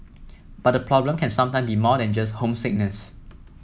but the problem can sometime be more than just homesickness